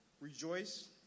Rejoice